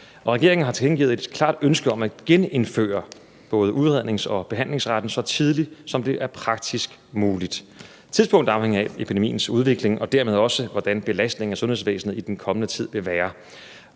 regeringen har tilkendegivet et klart ønske om at genindføre både udrednings- og behandlingsretten, så tidligt som det er praktisk muligt. Tidspunktet afhænger af epidemiens udvikling og dermed også af, hvordan belastningen i sundhedsvæsenet i den kommende tid vil være.